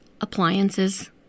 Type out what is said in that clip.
Appliances